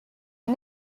and